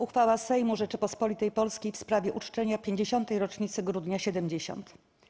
Uchwała Sejmu Rzeczypospolitej Polskiej w sprawie uczczenia 50. rocznicy Grudnia ’70.